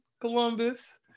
Columbus